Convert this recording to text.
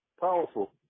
powerful